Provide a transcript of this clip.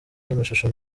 n’amashusho